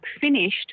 finished